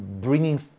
bringing